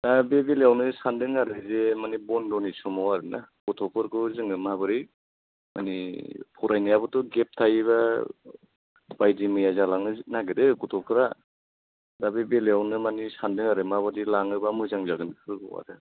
दा बे बेलायावनो सानदों आरो जे मानि बन्द'नि समाव आरो ना गथ' फोरखौ जोङो माबोरै मानि फरायनायाबोथ' गेप थायोबा बायदि मैया जालांनो नागिरो गथ'फ्रा दा बे बेलायावनो मानि सानदों आरो माबादि लाङोबा मोजां जागोन बेफोरखौ आरो